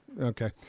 Okay